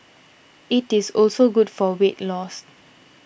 it is also good for weight loss